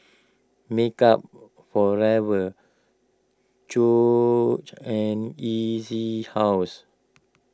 Makeup Forever and E C House